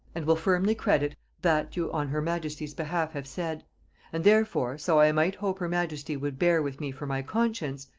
and will firmly credit that you on her majesty's behalf have said and therefore, so i might hope her majesty would bear with me for my conscience,